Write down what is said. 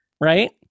right